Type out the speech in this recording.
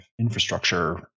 infrastructure